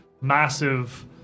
massive